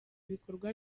ibikorwa